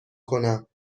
کنم